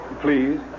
please